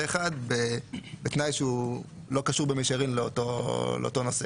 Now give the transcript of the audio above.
אחד בתנאי שהוא לא קשור במישרין לאותו נושא.